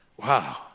wow